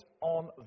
on